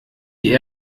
die